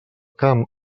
camp